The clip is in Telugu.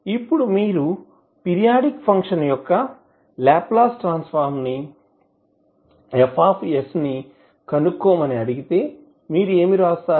ఇప్పుడు మీరు పిరియాడిక్ ఫంక్షన్ యొక్క లాప్లాస్ ట్రాన్సఫార్మ్ ను Fs ను కనుక్కోమని అని అడిగితే మీరు ఏమి వ్రాస్తారు